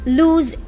lose